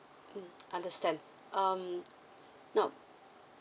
mm understand um now